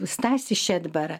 stasį šedbarą